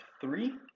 three